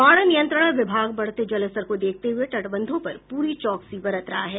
बाढ़ नियंत्रण विभाग बढ़ते जलस्तर को देखते हुए तटबंधों पर पूरी चौकसी बरत रहा है